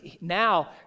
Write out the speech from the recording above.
now